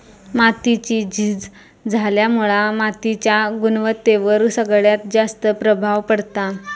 मातीची झीज झाल्यामुळा मातीच्या गुणवत्तेवर सगळ्यात जास्त प्रभाव पडता